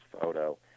photo